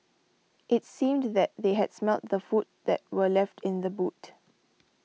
it seemed that they had smelt the food that were left in the boot